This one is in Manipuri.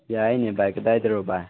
ꯌꯥꯏꯅꯦ ꯕꯥꯏ ꯀꯗꯥꯏꯗꯔꯣ ꯕꯥꯏ